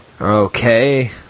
Okay